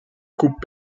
coupe